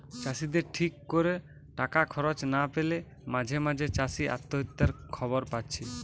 চাষিদের ঠিক কোরে টাকা খরচ না পেলে মাঝে মাঝে চাষি আত্মহত্যার খবর পাচ্ছি